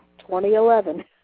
2011